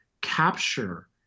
capture